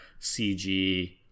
cg